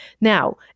Now